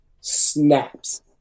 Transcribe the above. snaps